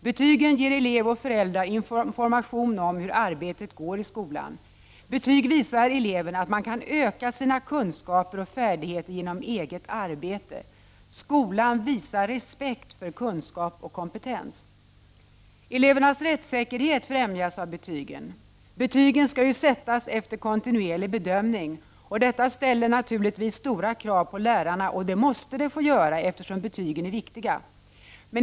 Betygen ger elev och föräldrar information om hur arbetet går i skolan. Betyg visar eleven att man kan öka sina kunskaper och färdigheter genom eget arbete. Skolan visar respekt för kunskap och kompetens. Elevernas rättssäkerhet främjas av betygen. Betygen skall sättas efter kontinuerlig bedömning. Detta ställer stora krav på lärarna, och det måste det få göra, eftersom betygen är viktiga.